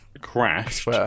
crashed